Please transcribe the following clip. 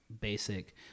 basic